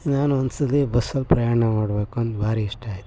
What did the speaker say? ನಾನು ಒಂದು ಸಲ ಬಸ್ಸಲ್ಲಿ ಪ್ರಯಾಣ ಮಾಡಬೇಕು ಅಂತ ಭಾರಿ ಇಷ್ಟ ಆಯಿತು